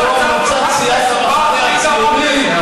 אבל השר לוין,